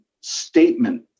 statement